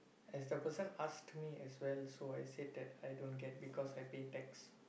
as the person asked me as well so I said that I don't get because I pay tax